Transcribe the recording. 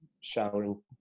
showering